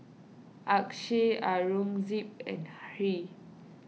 Akshay Aurangzeb and Hri